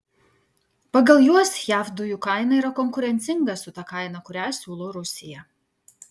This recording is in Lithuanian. pagal juos jav dujų kaina yra konkurencinga su ta kaina kurią siūlo rusija